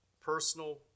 personal